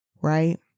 right